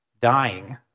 dying